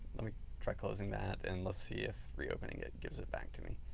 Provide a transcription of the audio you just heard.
let me try closing that and let's see if reopening it gives it back to me.